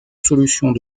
solutions